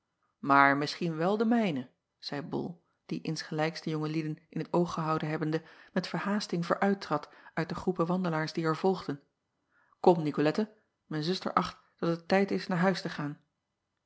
aar misschien wel de mijne zeî ol die insgelijks de jonge lieden in t oog gehouden hebbende met verhaasting vooruittrad uit de groepen wandelaars die er volgden om icolette mijn zuster acht dat het tijd is naar huis te gaan